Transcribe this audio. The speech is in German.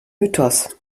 mythos